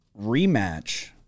rematch